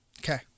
Okay